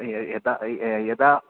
यदा यदा